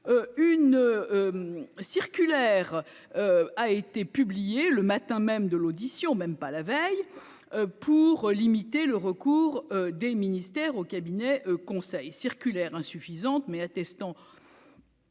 une circulaire a été publiée le matin même de l'audition, même pas la veille pour limiter le recours des ministères au cabinet conseil circulaire insuffisante mais attestant.